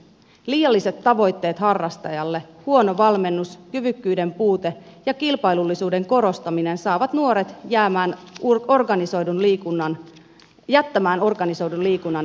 liialliset tavoitteet harrastajalle huono valmennus kyvykkyyden puute ja kilpailullisuuden korostaminen saavat nuoret jättämään organisoidun liikunnan eli urheiluseurat